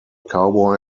cowboy